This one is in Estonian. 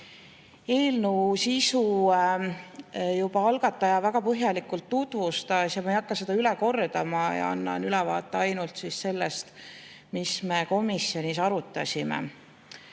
Eelnõu sisu juba algataja väga põhjalikult tutvustas ja ma ei hakka seda üle kordama. Annan ülevaate ainult sellest, mida me komisjonis arutasime.